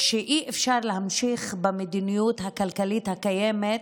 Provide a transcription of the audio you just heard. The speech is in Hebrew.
שאי-אפשר להמשיך במדיניות הכלכלית הקיימת,